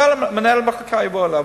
מנהל המחלקה יבוא אליו.